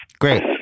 Great